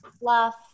fluff